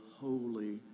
holy